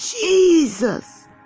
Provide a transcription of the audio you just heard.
Jesus